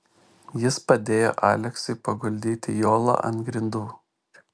jis padėjo aleksiui paguldyti jolą ant grindų